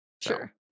Sure